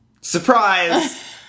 Surprise